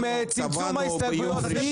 עם צמצום ההסתייגויות.